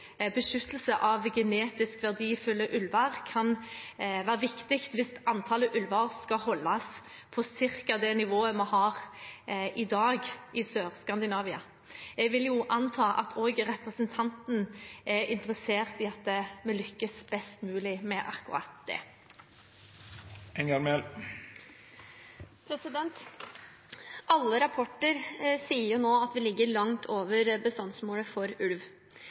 beskyttelse av genetisk verdifulle ulver, kan være viktig hvis antallet ulver skal holdes på ca. det nivået vi har i dag i Sør-Skandinavia. Jeg vil jo anta at også representanten er interessert i at vi lykkes best mulig med akkurat det. Alle rapporter sier nå at vi ligger langt over bestandsmålet for ulv,